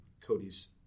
Cody's